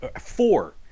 four